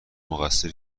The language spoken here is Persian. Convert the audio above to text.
مقصر